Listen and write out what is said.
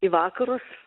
į vakarus